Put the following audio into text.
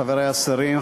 חברי השרים,